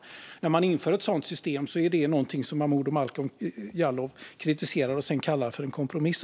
Men när man inför ett sådant system är det någonting som Momodou Malcolm Jallow kritiserar och sedan kallar för en kompromiss.